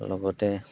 লগতে